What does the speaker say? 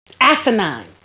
asinine